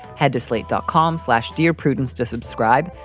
head to slate dot com slash. dear prudence to subscribe.